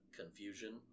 confusion